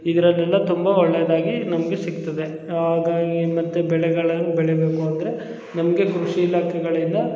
ಇದರಲ್ಲೆಲ್ಲ ತುಂಬ ಒಳ್ಳೆಯದಾಗಿ ನಮಗೆ ಸಿಗ್ತದೆ ಹಾಗಾಗಿ ಮತ್ತು ಬೆಳೆಗಳನ್ನು ಬೆಳಿಬೇಕು ಅಂದರೆ ನಮಗೆ ಕೃಷಿ ಇಲಾಖೆಗಳಿಂದ